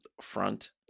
Front